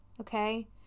okay